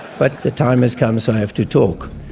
but the time has come so i have to talk.